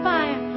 fire